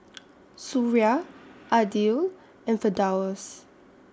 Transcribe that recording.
Suria Aidil and Firdaus